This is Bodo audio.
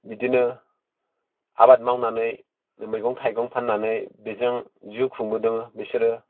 बिदिनो आबाद मावनानै मैगं थायगं फाननानै बेजों जिउ खुंबोदो बिसोरो